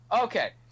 Okay